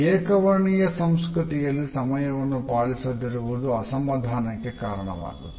ಏಕ ವರ್ಣೀಯ ಸಂಸ್ಕೃತಿಯಲ್ಲಿ ಸಮಯವನ್ನು ಪಾಲಿಸದಿರುವುದು ಅಸಮಾಧಾನಕ್ಕೆ ಕಾರಣವಾಗುತ್ತದೆ